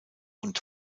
und